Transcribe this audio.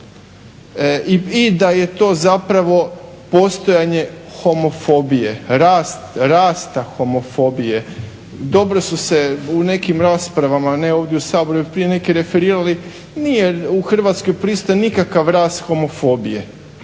i da je to zapravo postojanje homofobije, rasta homofobije. Dobro su se u nekim raspravama ne ovdje u Saboru i prije neki referirali. Nije u Hrvatskoj prisutan nikakav rast homofobije.